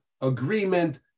agreement